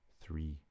three